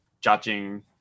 judging